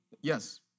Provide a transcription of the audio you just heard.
Yes